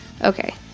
Okay